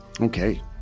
Okay